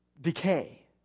decay